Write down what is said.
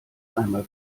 einmal